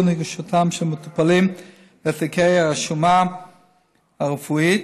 גישתם של מטופלים לתיקי הרשומה הרפואית,